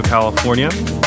California